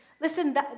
Listen